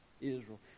Israel